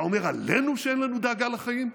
אתה אומר עלינו שאין לנו דאגה לחיים?